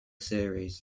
series